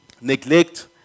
Neglect